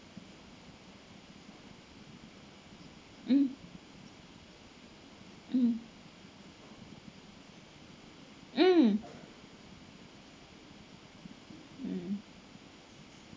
um um um mm